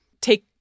take